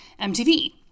mtv